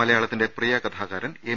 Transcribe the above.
മലയാളത്തിന്റെ പ്രിയ കഥാകാരൻ എം